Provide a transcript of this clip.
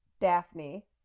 Daphne